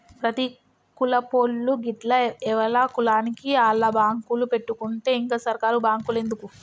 ప్రతి కులపోళ్లూ గిట్ల ఎవల కులానికి ఆళ్ల బాంకులు పెట్టుకుంటే ఇంక సర్కారు బాంకులెందుకు